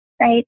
right